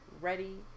ready